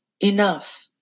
enough